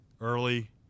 early